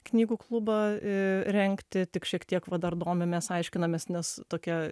knygų klubą e rengti tik šiek tiek va dar domimės aiškinamės nes tokia